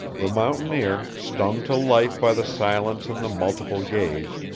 the mountaineer, stung to life by the silence and the multiple gaze,